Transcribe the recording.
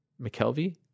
McKelvey